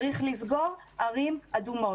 צריך לסגור ערים אדומות.